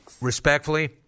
respectfully